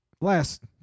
Last